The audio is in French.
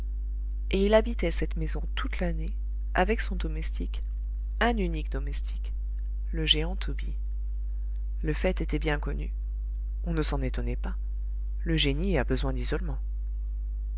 et il habitait cette maison toute l'année avec son domestique un unique domestique le géant tobie le fait était bien connu on ne s'en étonnait pas le génie a besoin d'isolement